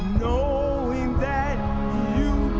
knowing that you